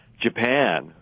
japan